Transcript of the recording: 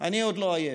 אני עוד לא עייף,